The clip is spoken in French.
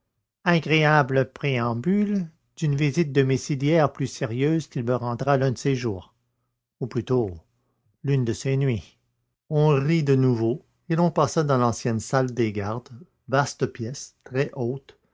visites agréable préambule d'une visite domiciliaire plus sérieuse qu'il me rendra l'un de ces jours ou plutôt l'une de ces nuits on rit de nouveau et l'on passa dans l'ancienne salle des gardes vaste pièce très haute